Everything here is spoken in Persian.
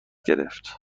گرفت